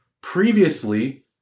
Previously